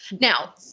Now